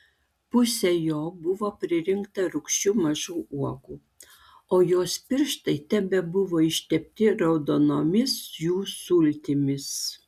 pusė jo buvo pririnkta rūgščių mažų uogų o jos pirštai tebebuvo ištepti raudonomis jų sultimis